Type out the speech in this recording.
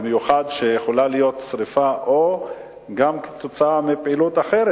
במיוחד שיכולה להיות שרפה גם כתוצאה מפעילות אחרת,